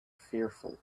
fearful